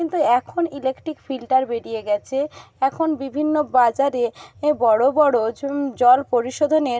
কিন্তু এখন electric filter বেরিয়ে গেছে এখন বিভিন্ন বাজারে বড় বড় জল পরিশোধনের